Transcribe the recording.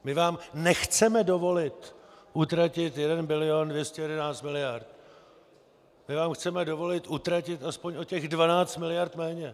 My vám nechceme dovolit utratit 1 bilion 211 miliard, my vám chceme dovolit utratit aspoň o těch 12 miliard méně!